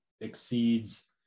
exceeds